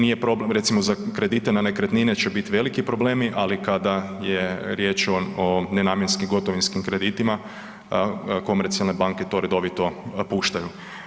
Nije problem recimo, za kredite na nekretnine će biti veliki problemi, ali kada je riječ o nenamjenskim gotovinskim kreditima, komercijalne banke to redovito puštaju.